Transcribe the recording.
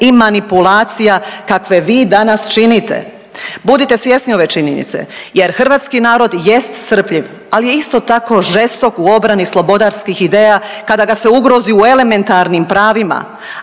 i manipulacija kakve vi danas činite. Budite svjesni ove činjenice jer hrvatski narod jest strpljiv, ali je isto tako žestok u obrani slobodarskih ideja kada ga se ugrozi u elementarnim pravima,